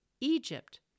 Egypt